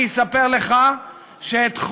אני אספר לך שחוק